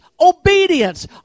obedience